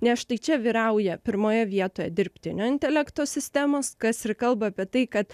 nes štai čia vyrauja pirmoje vietoje dirbtinio intelekto sistemos kas ir kalba apie tai kad